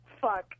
Fuck